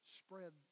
spread